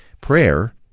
Prayer